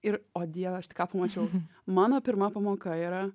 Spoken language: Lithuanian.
ir o dieve aš tik ką pamačiau mano pirma pamoka yra